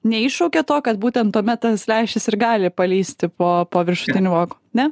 neiššaukia to kad būtent tuomet tas lęšis ir gali palįsti po po viršutiniu voku ne